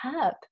up